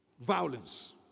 violence